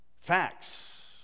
facts